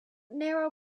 narrow